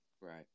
Right